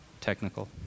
technical